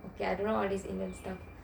okay I don't know all these indian stuff